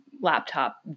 laptop